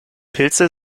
pilze